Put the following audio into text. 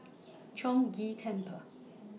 Chong Ghee Temple